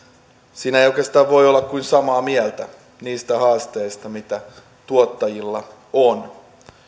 siinä ei oikeastaan voi olla kuin samaa mieltä niistä haasteista mitä tuottajilla on